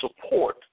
support